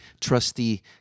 trusty